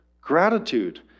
gratitude